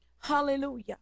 Hallelujah